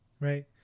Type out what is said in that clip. Right